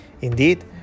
Indeed